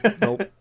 Nope